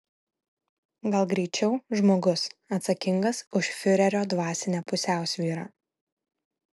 gal greičiau žmogus atsakingas už fiurerio dvasinę pusiausvyrą